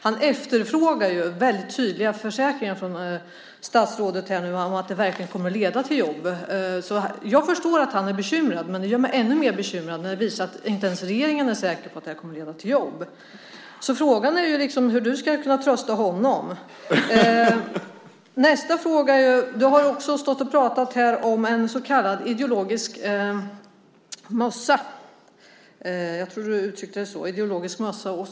Han efterfrågade ju mycket tydliga försäkringar från statsrådet om att den verkligen kommer att leda till jobb. Jag förstår att han är bekymrad, och det gör mig ännu mer bekymrad när inte ens regeringen är säker på att politiken kommer att leda till jobb. Frågan är hur du, Sven Otto Littorin, ska kunna trösta honom. Du pratade också om en så kallad ideologisk mössa. Jag tror att det var så du uttryckte det.